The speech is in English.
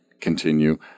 continue